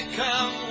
come